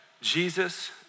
Jesus